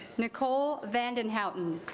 nicole vanden houghton